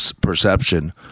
perception